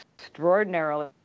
extraordinarily